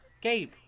Gabe